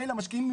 המשקיעים,